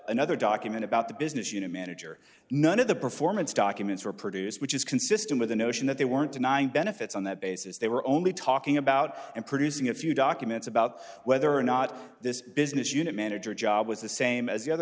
another document about the business unit manager none of the performance documents were produced which is consistent with the notion that they weren't denying benefits on that basis they were only talking about and producing a few documents about whether or not this business unit manager job was the same as the other